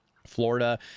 florida